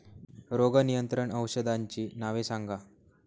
रोग नियंत्रण औषधांची नावे सांगा?